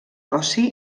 ossi